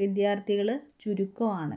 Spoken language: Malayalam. വിദ്യാർത്ഥികള് ചുരുക്കമാണ്